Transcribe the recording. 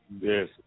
Yes